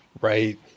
Right